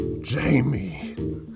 Jamie